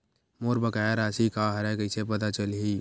मोर बकाया राशि का हरय कइसे पता चलहि?